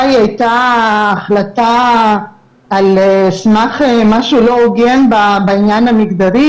היא היתה החלטה על סמך משהו לא הוגן בעניין המגדרי